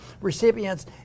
recipients